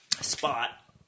spot